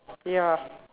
ya